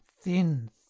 thin